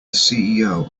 ceo